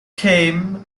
came